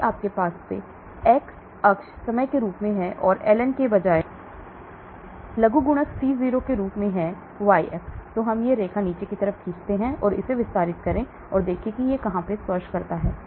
यदि आपके पास x अक्ष समय के रूप में है तो ln के बजाय लघुगणक C0 के रूप में y अक्ष तो हम यह रेखा खींचते हैं कि इसे विस्तारित करें और देखें कि यह कहां स्पर्श करता है